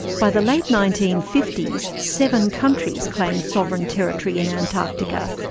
by the late nineteen fifty s, seven countries claimed sovereign territory in antarctica,